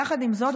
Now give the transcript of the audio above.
יחד עם זאת,